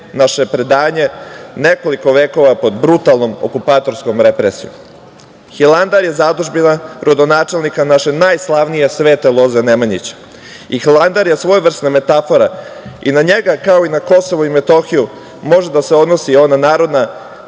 naše predanje nekoliko vekova pod brutalnom okupatorskom represijom. Hilandar je zadužbina rodonačelnika naše najslavnije svete loze Nemanjića i Hilandar je svojevrsna metafora i na njega, kao i na KiM, može da se odnosi ona narodna